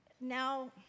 now